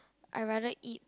I rather eat